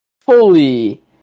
fully